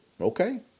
Okay